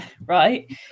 right